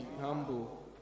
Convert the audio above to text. humble